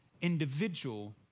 individual